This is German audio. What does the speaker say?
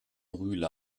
rühle